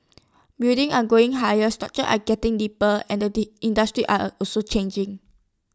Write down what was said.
buildings are going higher structures are getting deeper and industries are are also changing